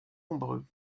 nombreux